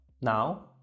now